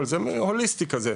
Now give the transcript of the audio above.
זה הוליסטי כזה,